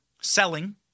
selling